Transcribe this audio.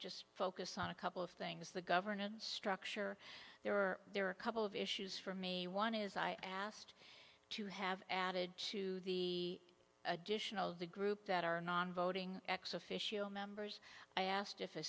just focus on a couple of things the governance structure there are there are a couple of issues for me one is i asked to have added to the additional of the group that are non voting ex officio members i asked if a